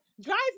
drive